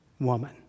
woman